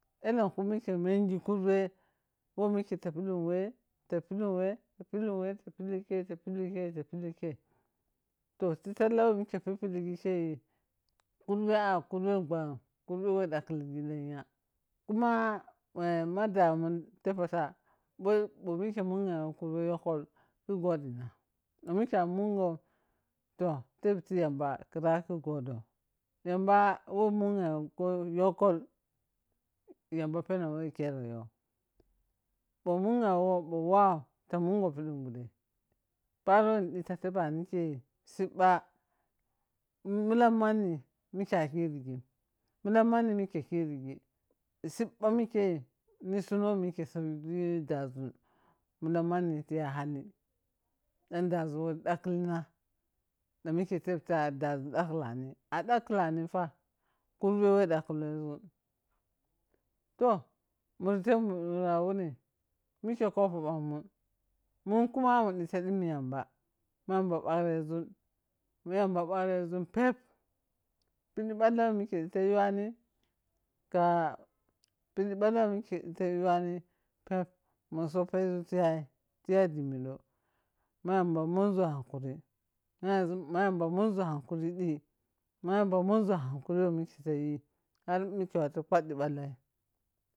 Uhenku mike minghi kurbe womeke ta polun weh, ta pilun weh ta pilen weh ta polung ke ta pelunke pilike. toh ti ya talla wo mike ta pipile kayi a korben bhanghim karbe wo dagkigi lenya kuma ghi ma damun teppo ta a ike munghego kurbe yokkol ke godina ma mikhe a mungon toh tep ti yamba khi gode yamba lelo munghego yokkol yamba peno wo we khere ta yo bho munghegho ɓo wou ta mun go pidin ɓude- paro woni ɗita tabani siɓɓa uh milammani mike a kirighim milam manni mike kiri ji sibba mikeyi ni sun wo ike sobti dazun milam manni tiya hali. Dan dazan wor dakhilina da mike tep ta dazun tekhalani a dakhlaniin fa karbe wo dakligi dakhoneni. toh top munda a wuni? Ike kopo bangmun, mun kuma mutita timu yamba ma yamba bagrezun, ma yamba bagrezun peb pidi balla wo mike tifa yawani ta pidi ɓalla wo mike dita yawani mu sapeza tiya demi do ma yamba munz hakuri, ma yamba munzun hak di ma yamba munzan hakuri we ike tayi har ike watu phaɗi.